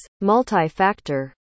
multi-factor